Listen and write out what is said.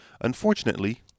Unfortunately